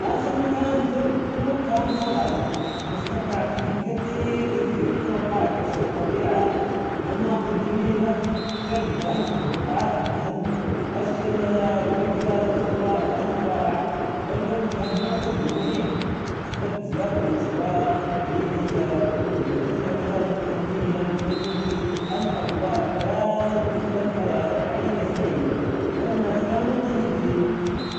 أخر مكان زرته كان صلالة واستمتعت فيه كثير كثير توقعت أشوف طبيعة ومناظر جميلة وفعلا كانت توقعاتي بمحله الشلالات والجبال الخضراء كانت رائعة والجو كان معتدل ومريح أحببت زيارة الأسواق التقليدية ، تجربة الأكلات المحلية مثل المندي الأجواء كانت مثل الحياة سعيدة سعيدة ، والناس كانوا طيبين.